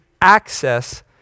access